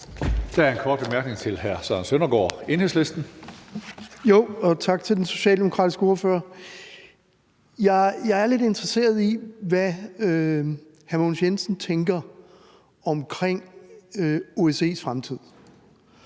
Der er en kort bemærkning til hr. Søren Søndergaard, Enhedslisten. Kl. 17:26 Søren Søndergaard (EL): Tak til den socialdemokratiske ordfører. Jeg er lidt interesseret i, hvad hr. Mogens Jensen tænker om OSCE's fremtid.